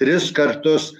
tris kartus